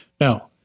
Now